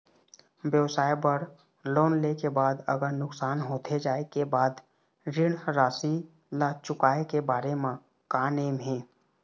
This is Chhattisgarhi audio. व्यवसाय बर लोन ले के बाद अगर नुकसान होथे जाय के बाद ऋण राशि ला चुकाए के बारे म का नेम हे?